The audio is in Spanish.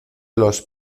los